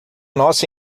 nosso